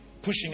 pushing